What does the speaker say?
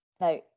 Now